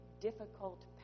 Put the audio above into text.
difficult